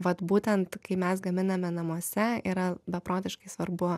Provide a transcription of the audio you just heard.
vat būtent kai mes gaminame namuose yra beprotiškai svarbu